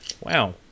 Wow